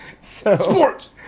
Sports